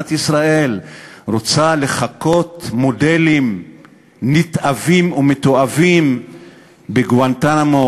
מדינת ישראל רוצה לחקות מודלים נתעבים ומתועבים בגואנטנמו,